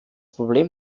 problem